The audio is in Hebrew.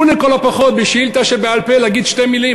תנו לכל הפחות בשאילתה בעל-פה להגיד שתי מילים,